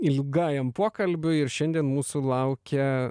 ilgajam pokalbiui ir šiandien mūsų laukia